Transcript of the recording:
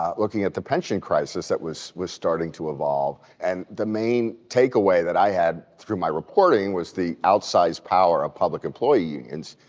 looking at the pension crisis that was was starting to evolve. and the main takeaway that i had through my reporting was the outsized power of public employee unions,